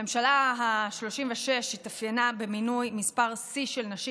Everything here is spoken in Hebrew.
הממשלה ה-36 התאפיינה במינוי מספר שיא של נשים.